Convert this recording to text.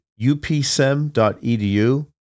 upsem.edu